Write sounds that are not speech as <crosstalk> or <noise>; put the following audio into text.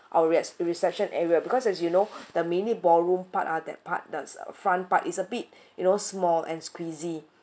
our re~ reception area because as you know <breath> the mini ballroom part are that part the front part it's a bit you know small and squeezy